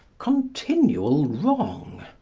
continual wrong.